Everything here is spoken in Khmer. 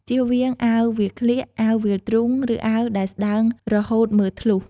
ជៀសវាងអាវវាលក្លៀក អាវវាលទ្រូង ឬអាវដែលស្តើងរហូតមើលធ្លុះ។